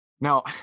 Now